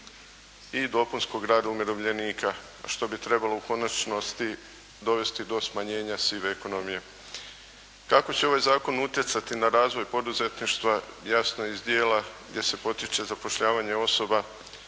i dopunskog rada umirovljenika, a što bi trebalo u konačnosti dovesti do smanjenja sive ekonomije. Kako će ovaj zakon utjecati na razvoj poduzetništva, jasno je iz dijela gdje se potiče zapošljavanje osoba